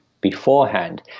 beforehand